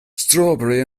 strawberry